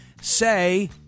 say